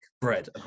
bread